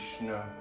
No